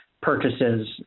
purchases